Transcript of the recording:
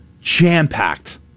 jam-packed